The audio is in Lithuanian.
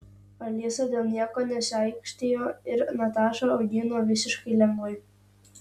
alisa dėl nieko nesiaikštijo ir natašą augino visiškai lengvai